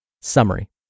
Summary